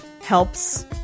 helps